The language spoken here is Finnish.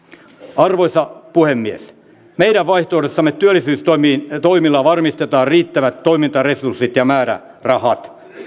arvoisa puhemies meidän vaihtoehdossamme työllisyystoimilla varmistetaan riittävät toimintaresurssit ja määrärahat